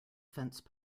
fence